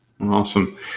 Awesome